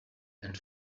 and